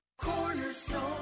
cornerstone